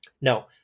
No